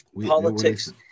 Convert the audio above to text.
politics